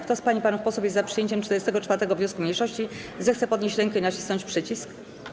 Kto z pań i panów posłów jest za przyjęciem 44. wniosku mniejszości, zechce podnieść rękę i nacisnąć przycisk.